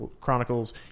Chronicles